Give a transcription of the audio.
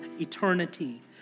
eternity